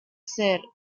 ser